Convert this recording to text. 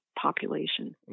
population